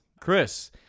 Chris